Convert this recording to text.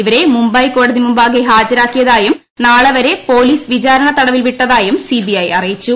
ഇവരെ മുംബൈ കോടതി മുമ്പാകെ ഹാജരാക്കിയതായും നാളെ വരെ പോലീസ് വിചാരണ തടവിൽ വിട്ടതായും സി ബി ഐ അറിയിച്ചു